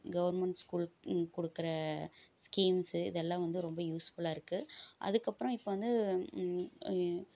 government school கொடுக்குற schemes இது எல்லாம் வந்து ரொம்ப யூஸ்ஃபுல்லாயிருக்கு அதுக்கு அப்றம் இப்ப வந்து